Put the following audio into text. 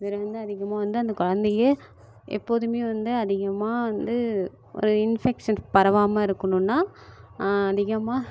வேற என்ன அதிகமாக வந்து அந்த கொழந்தை எப்போதும் வந்து அதிகமாக வந்து ஒரு இன்ஃபெக்ஷன் பரவாமல் இருக்கணும்னா அதிகமாக